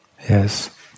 Yes